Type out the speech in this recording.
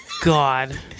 God